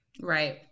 Right